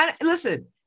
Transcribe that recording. listen